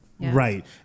Right